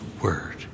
word